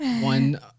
one